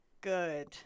Good